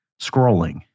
scrolling